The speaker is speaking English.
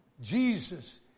Jesus